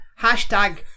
Hashtag